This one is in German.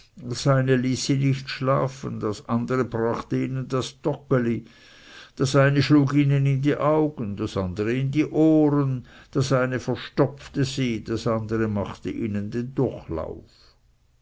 nicht schlafen das andere brachte ihnen das toggeli das eine schlug ihnen in die augen das andere in die ohren das eine verstopfte sie das andere machte ihnen den